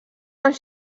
els